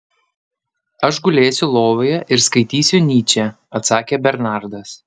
aš gulėsiu lovoje ir skaitysiu nyčę atsakė bernardas